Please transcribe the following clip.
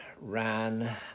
ran